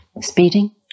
Speeding